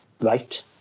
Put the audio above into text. right